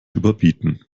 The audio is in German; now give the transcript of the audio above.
überbieten